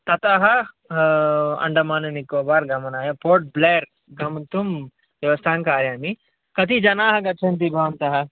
ततः आण्डमान निकोबार् गमनाय पोर्टब्लेयर् गन्तुं व्यवस्थाङ्कारयामि कति जनाः गच्छन्ति भवन्तः